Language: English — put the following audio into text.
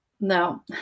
No